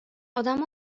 آدمو